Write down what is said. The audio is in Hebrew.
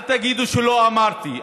אל תגידו שלא אמרתי.